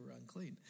unclean